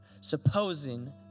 supposing